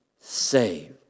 saved